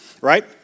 right